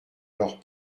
leur